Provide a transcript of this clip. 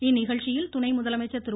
இந்நிகழ்ச்சியில் துணை முதலமைச்சர் திரு